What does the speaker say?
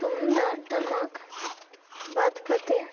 ᱛᱩᱢᱫᱟᱜ ᱴᱟᱢᱟᱠ ᱵᱟᱫ ᱠᱟᱛᱮᱜ